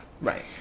Right